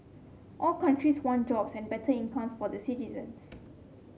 all countries want jobs and better incomes for the citizens